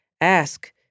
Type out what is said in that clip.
ask